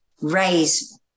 raise